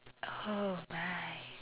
oh right